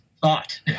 thought